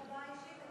הודעה אישית.